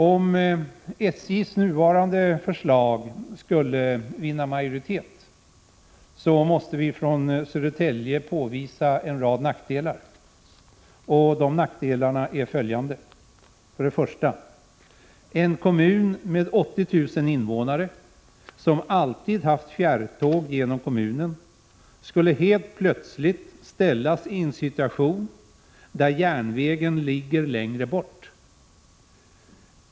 Om SJ:s nuvarande förslag skulle vinna majoritet, måste vi från Södertälje påvisa en rad nackdelar. De nackdelarna är följande: 1. En kommun med 80 000 invånare, som alltid har haft fjärrtåg genom kommunen, skulle helt plötsligt ställas i en situation där järnvägen ligger längre bort.